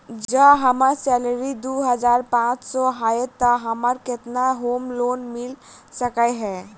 जँ हम्मर सैलरी दु हजार पांच सै हएत तऽ हमरा केतना होम लोन मिल सकै है?